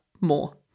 more